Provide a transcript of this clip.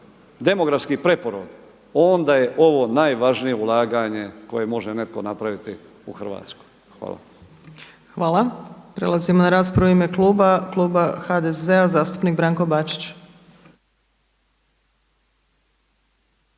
demografski preporod, onda je ovo najvažnije ulaganje koje može netko napraviti u Hrvatskoj. Hvala. **Opačić, Milanka (SDP)** Hvala. Prelazimo na raspravu u ime kluba, kluba HDZ-a zastupnik Branko Bačić.